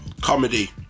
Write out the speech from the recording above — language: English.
comedy